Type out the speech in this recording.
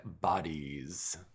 bodies